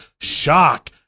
shock